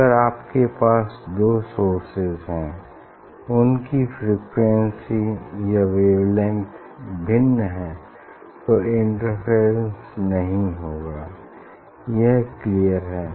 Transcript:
अगर आपके पास दो सोर्सेज हैं उनकी फ्रीक्वेंसी या वेवलेंग्थ भिन्न हैं तो इंटरफेरेंस नहीं होगा यह क्लियर है